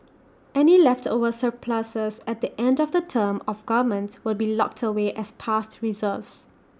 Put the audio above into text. any leftover surpluses at the end of the term of governments will be locked away as past reserves